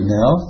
now